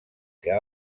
que